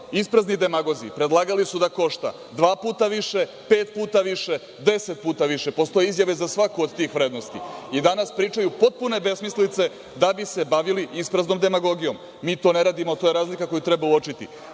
isprazni demagozi, predlagali su da košta dva puta više, pet puta više, deset puta više, postoje izjave za svaku od tih vrednosti, i danas pričaju potpune besmislice da bi se bavili ispraznom demagogijom. Mi to ne radimo, a to je razlika koju treba uočiti. Četvrta